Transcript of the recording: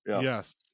Yes